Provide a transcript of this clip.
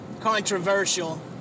controversial